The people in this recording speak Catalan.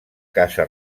casa